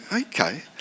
okay